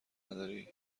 نداری